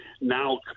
now